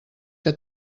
que